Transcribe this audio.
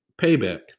payback